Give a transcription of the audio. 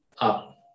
up